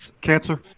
cancer